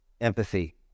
empathy